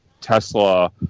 tesla